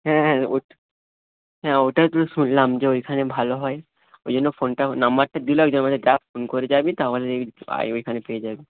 হ্যাঁ হ্যাঁ হ্যাঁ ওটা তো শুনলাম যে ওইখানে ভালো হয় ওই জন্য ফোনটা নাম্বারটা দিল একজন বলছে যা ফোন করে যাবি তাহলে ওইখানে পেয়ে যাবি